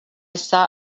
saw